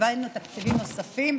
הבאנו תקציבים נוספים.